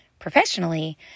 Professionally